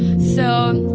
so,